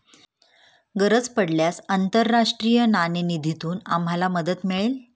गरज पडल्यास आंतरराष्ट्रीय नाणेनिधीतून आम्हाला मदत मिळेल